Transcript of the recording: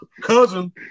Cousin